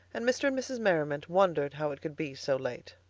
and mr. and mrs. merriman wondered how it could be so late.